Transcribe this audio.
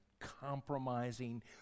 compromising